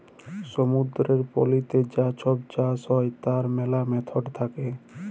সমুদ্দুরের পলিতে যা ছব চাষ হ্যয় তার ম্যালা ম্যাথড থ্যাকে